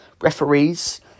referees